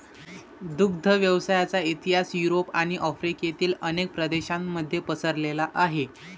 दुग्ध व्यवसायाचा इतिहास युरोप आणि आफ्रिकेतील अनेक प्रदेशांमध्ये पसरलेला आहे